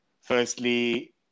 firstly